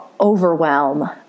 overwhelm